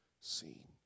seen